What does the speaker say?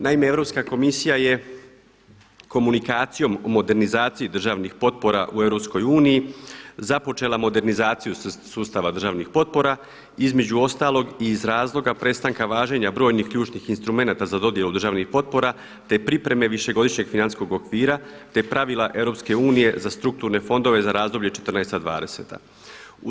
Naime, Europska komisija je komunikacijom o modernizaciji državnih potpora u EU započela modernizaciju sustava državnih potpora između ostalog i iz razloga prestanka važenja brojnih ključnih instrumenata za dodjelu državnih potpora, te pripreme višegodišnjeg financijskog okvira, te pravila EU za strukturne fondove za razdoblje četrnaesta, dvadeseta.